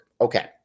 Okay